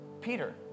Peter